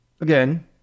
again